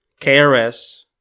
KRS